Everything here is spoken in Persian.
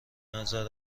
نظر